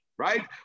Right